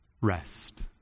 Rest